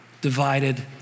divided